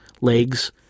legs